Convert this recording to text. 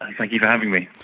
thank you for having me.